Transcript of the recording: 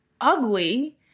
ugly